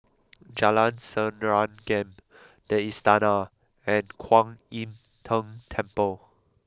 Jalan Serengam the Istana and Kuan Im Tng Temple